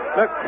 Look